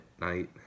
night